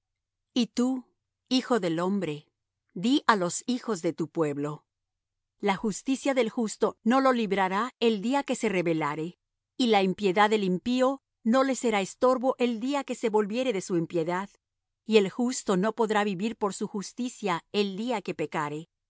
y tú hijo del hombre di á los hijos de tu pueblo la justicia del justo no lo librará el día que se rebelare y la impiedad del impío no le será estorbo el día que se volviere de su impiedad y el justo no podrá vivir por su justicia el día que pecare